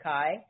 Kai